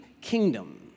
kingdom